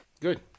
Good